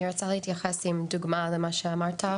אני רוצה להתייחס ולתת דוגמה בהמשך למה שאמרת,